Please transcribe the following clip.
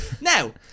Now